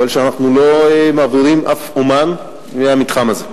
כיוון שאנחנו לא מעבירים אף אמן מהמתחם הזה.